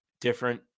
different